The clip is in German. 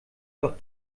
doch